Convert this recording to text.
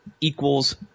equals